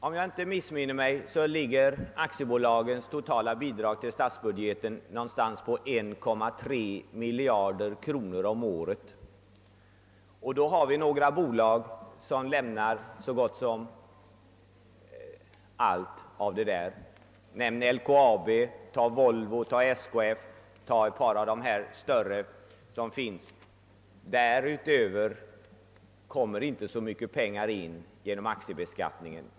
Om jag inte missminner mig ligger aktiebolagens totala bidrag till statsbudgeten på 1,3 miljard kronor om året. Då har vi några bolag som lämnar så gott som hela detta kapital, nämligen LKAB, Volvo, SKF och några av de andra större bolag som finns. Därutöver kommer det inte in så mycket pengar genom aktiebeskattning.